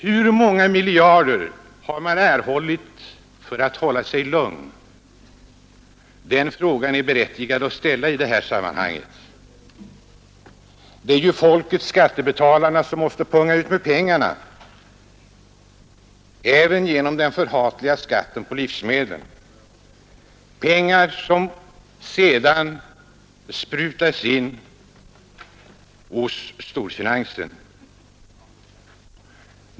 Hur många miljarder har man fått för att hålla sig lugn? Den frågan är berättigad i detta sammanhang. Det är ju folket, skattebetalarna, som måste punga ut med pengarna, även genom den förhatliga skatten på livsmedlen — pengar som sedan sprutas in hos storfinansen.